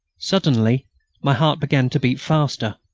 suddenly my heart began to beat faster,